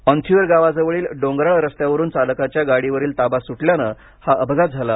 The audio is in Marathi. अँथियूर गावाजवळील डोंगराळ रस्त्यावरून चालकांच्या गाडीवरील ताबा सुटल्याने हा अपघात झाला